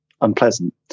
unpleasant